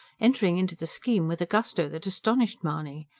entering into the scheme with a gusto that astonished mahony.